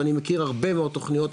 ואני מכיר הרבה מאוד תוכניות,